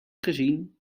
gezien